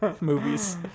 movies